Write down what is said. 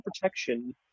protection